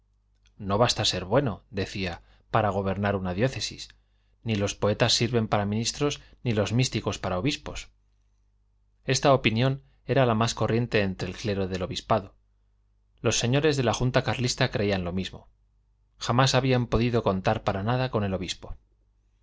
no basta ser bueno decía para gobernar una diócesis ni los poetas sirven para ministros ni los místicos para obispos esta opinión era la más corriente entre el clero del obispado los señores de la junta carlista creían lo mismo jamás habían podido contar para nada con el obispo